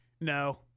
No